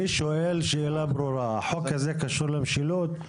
אני שואל שאלה ברורה, החוק הזה קשור למשילות?